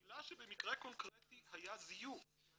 גילה שבמקרה קונקרטי היה זיוף.